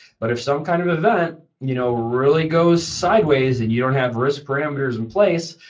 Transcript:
but if some kind of event you know really goes sideways and you don't have risk parameters in place,